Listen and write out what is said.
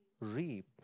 reap